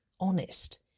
honest